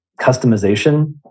customization